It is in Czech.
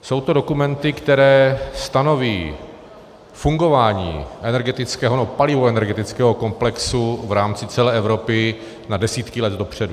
Jsou to dokumenty, které stanoví fungování energetického, nebo palivoenergetického komplexu v rámci celé Evropy na desítky let dopředu.